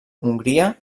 hongria